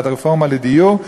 עם הרפורמה לדיור,